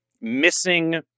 missing